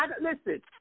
listen